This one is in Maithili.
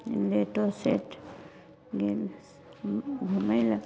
लेटो सेट गेल घूमए लऽ